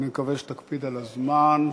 אני מקווה שתקפיד על הזמן.